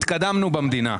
התקדמנו במדינה.